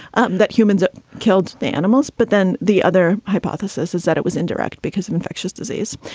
um that humans ah killed the animals. but then the other hypothesis is that it was indirect because of infectious disease.